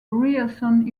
ryerson